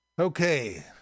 Okay